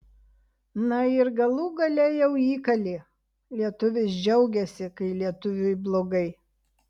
na ir galų gale jau įkalė lietuvis džiaugiasi kai lietuviui blogai